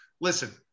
Listen